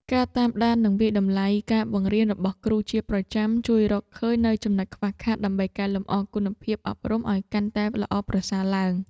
ការតាមដាននិងវាយតម្លៃការបង្រៀនរបស់គ្រូជាប្រចាំ ជួយរកឃើញនូវចំណុចខ្វះខាតដើម្បីកែលម្អគុណភាពអប់រំឱ្យកាន់តែល្អប្រសើរឡើង។